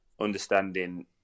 understanding